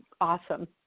awesome